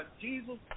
Jesus